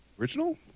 original